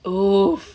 oh